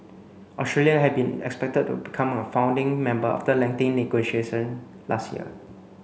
Australia had been expected to become a founding member after lengthy negotiation last year